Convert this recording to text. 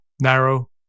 narrow